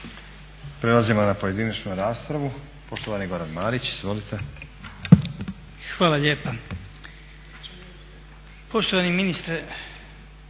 Prelazimo na pojedinačnu raspravu. Poštovani Goran Marić. Izvolite. **Marić, Goran (HDZ)** Hvala lijepa. Poštovani ministre,